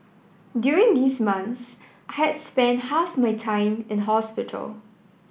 during these months I had spent half my time in hospital